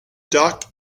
duck